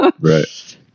Right